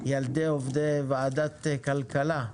ילדי עובדי ועדת הכלכלה.